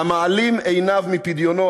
והמעלים עיניו מפדיונו,